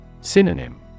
Synonym